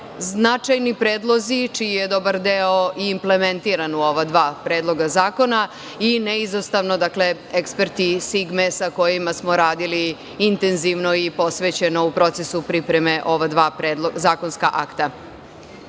značajni predlozi, čiji je dobar deo i implementiran u ova dva predloga zakona i neizostavno, eksperti "Sigme" sa kojima smo radili intenzivno i posvećeno u procesu pripreme ova dva zakonska akta. Ovim